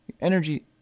energy